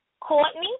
Courtney